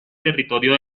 territorio